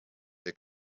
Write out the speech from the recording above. they